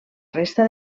resta